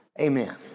Amen